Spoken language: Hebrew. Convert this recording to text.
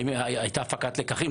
האם הייתה הפקת לקחים?